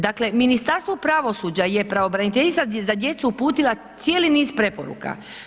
Dakle, Ministarstvu pravosuđa je pravobraniteljica za djecu uputila cijeli niz preporuka.